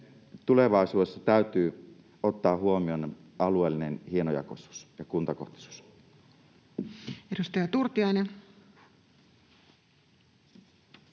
tulevaisuudessa täytyy ottaa huomioon alueellinen hienojakoisuus ja kuntakohtaisuus. [Speech